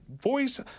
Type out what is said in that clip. voice